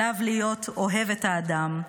עליו להיות אוהב את האדם,